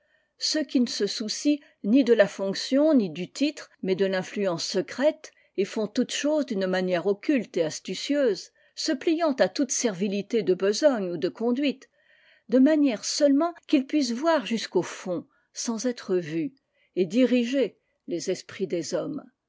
ceux qui ne se soucient ni de la fonction ni du titre mais de l'influence secrète et font toutes choses d'une manière occulte et astucieuse se pliant à toute servilité de besogne ou de conduite de manière seulement qu'ils puissent voir jusqu'au fond sans être vus et diriger les esprits des hommes